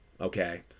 okay